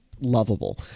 lovable